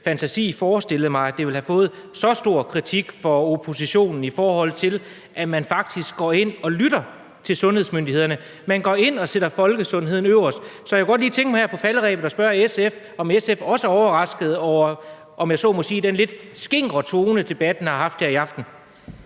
fantasi forestillet mig, at det ville få stor kritik fra oppositionens side, med hensyn til at man faktisk går ind og lytter til sundhedsmyndighederne. Man går ind og sætter folkesundheden øverst. Så jeg kunne godt lige tænke mig her på falderebet at spørge SF, om SF også er overrasket over den, om jeg så må sige, lidt skingre tone, debatten har haft her i aften.